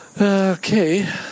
Okay